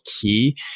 key